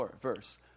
verse